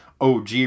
OG